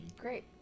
Great